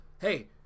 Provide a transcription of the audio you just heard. Hey